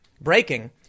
breaking